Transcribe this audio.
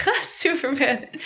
Superman